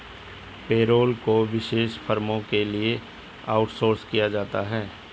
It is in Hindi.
पेरोल को विशेष फर्मों के लिए आउटसोर्स किया जाता है